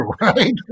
right